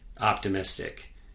optimistic